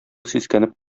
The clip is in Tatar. сискәнеп